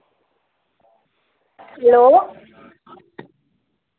hello